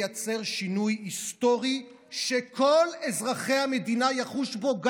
לייצר שינוי היסטורי שכל אזרחי המדינה יחושו בו,